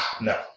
No